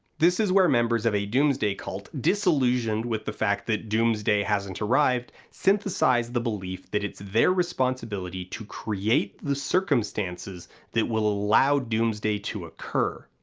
this is where members of a doomsday cult, disillusioned with the fact that doomsday hasn't arrived, synthesize the belief that it's their responsibility to create the circumstances that will allow doomsday to occur.